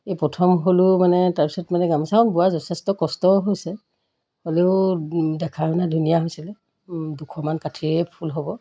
এই প্ৰথম হ'লেও মানে তাৰপিছত মানে গামোচাখন বোৱা যথেষ্ট কষ্টও হৈছে হ'লেও দেখাই শুনাই ধুনীয়া হৈছিলে দুশমান কাঠিৰে ফুল হ'ব